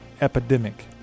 epidemic